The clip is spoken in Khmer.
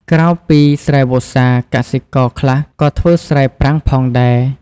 ក្រៅពីស្រែវស្សា កសិករខ្លះក៏ធ្វើស្រែប្រាំងផងដែរ។